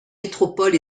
métropole